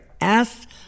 Ask